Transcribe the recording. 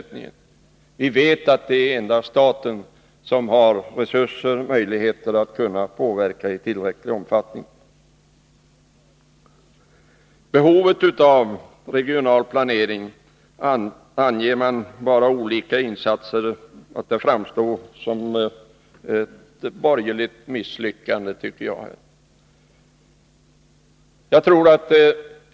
Vi vet att det endast är staten som har resurser och möjligheter att påverka denna i tillräcklig omfattning. Jag tycker att den regionala planeringen för de olika insatser som skall ske framstår som ett borgerligt misslyckande.